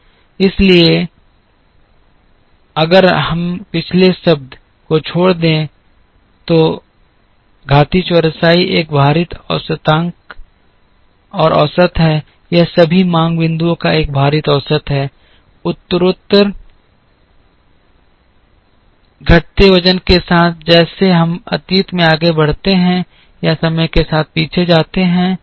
इसलिए अगर हम पिछले शब्द को छोड़ दें तो घातीय चौरसाई एक भारित औसत है यह सभी मांग बिंदुओं का एक भारित औसत है उत्तरोत्तर घटते वजन के साथ जैसे हम अतीत में आगे बढ़ते हैं या समय के साथ पीछे जाते हैं